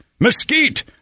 Mesquite